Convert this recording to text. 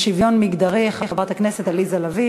זה יעבור לוועדת הכנסת להחלטה.